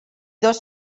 dos